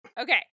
Okay